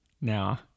Now